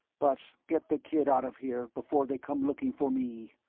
but get the kid out of here before they come looking for me.